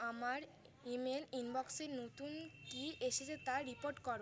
আমার ইমেল ইনবক্সে নতুন কী এসেছে তা রিপোর্ট করো